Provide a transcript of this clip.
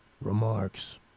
Remarks